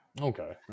Okay